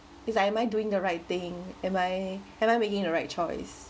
it's like am I doing the right thing am I am I making the right choice